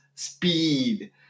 speed